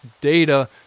data